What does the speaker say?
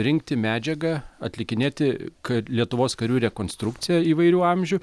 rinkti medžiagą atlikinėti kad lietuvos karių rekonstrukcija įvairių amžių